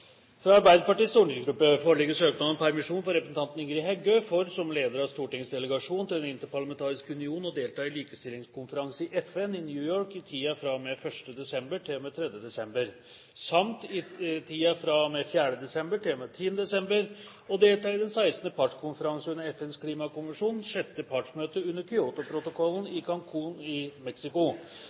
Fra Arbeiderpartiets stortingsgruppe foreligger søknad om permisjon for representanten Ingrid Heggø for som leder av Stortingets delegasjon til Den interparlamentariske union å delta i likestillingskonferanse i FN i New York i tiden fra og med 1. desember til og med 3. desember samt i tiden fra og med 4. desember til og med 10. desember å delta i den 16. partskonferanse under FNs klimakonvensjon, sjette partsmøte under Kyotoprotokollen, i Cancún i